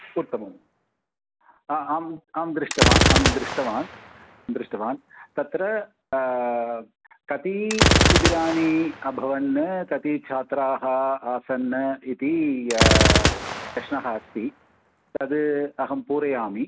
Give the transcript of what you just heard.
उत्तमम् अ आम् आं दृष्टवान् आं दृष्टवान् दृष्टवान् तत्र कति शिबिराणि अभवन् कति छात्राः आसन् इति प्रश्नः अस्ति तद् अहं पूरयामि